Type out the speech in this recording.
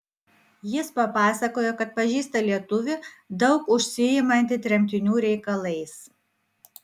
jis papasakojo kad pažįsta lietuvį daug užsiimantį tremtinių reikalais